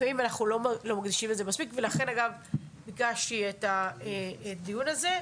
לפעמים לא מרגישים את זה מספיק ולכן אגב ביקשתי את הדיון הזה.